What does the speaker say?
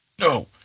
No